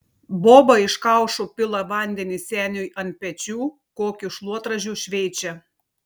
boba iš kaušo pila vandenį seniui ant pečių kokiu šluotražiu šveičia